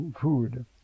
food